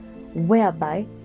whereby